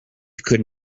could